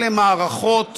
אלה מערכות